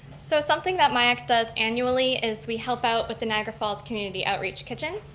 so something that myac does annually is we help out with the niagara falls community outreach kitchen.